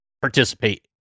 participate